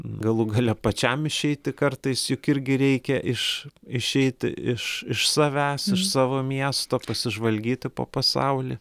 galų gale pačiam išeiti kartais juk irgi reikia iš išeiti iš iš savęs iš savo miesto pasižvalgyti po pasaulį